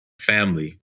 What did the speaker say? family